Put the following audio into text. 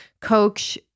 coach